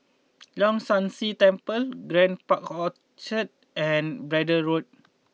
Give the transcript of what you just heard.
Leong San See Temple Grand Park Orchard and Braddell Road